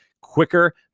quicker